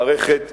מערכת